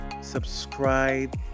subscribe